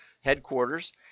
headquarters